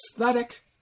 aesthetic